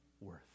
worth